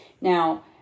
Now